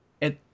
It